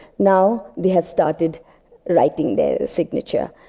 now they have started writing their signature.